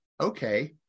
okay